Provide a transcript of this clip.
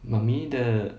mummy 的